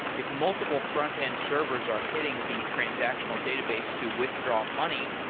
if multiple frontend servers are hitting the transactional database to withdraw money,